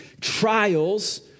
trials